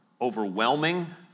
overwhelming